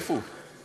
איפה הוא?